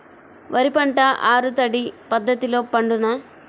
వరి పంట ఆరు తడి పద్ధతిలో పండునా?